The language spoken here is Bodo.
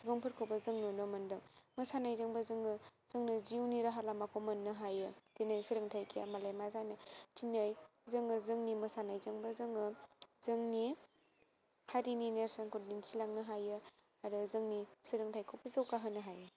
सुबुंफोरखौबो जों नुनो मोन्दों मोसानायजोंबो जोङो जोंनो जिउनि राहा लामाखौ मोननो हायो दिनै सोलोंथाय गैयाबालाय मा जानो दिनै जोङो जोंनि मोसानायजोंबो जोङो जोंनि हारिनि नेरसोनखौ दिन्थिलांनो हायो आरो जोंनि सोलोंथायखौबो जौगाहोनो हायो